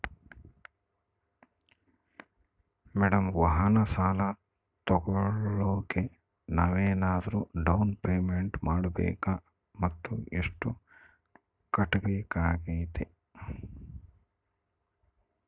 Madam ವಾಹನ ಸಾಲ ತೋಗೊಳೋಕೆ ನಾವೇನಾದರೂ ಡೌನ್ ಪೇಮೆಂಟ್ ಮಾಡಬೇಕಾ ಮತ್ತು ಎಷ್ಟು ಕಟ್ಬೇಕಾಗ್ತೈತೆ?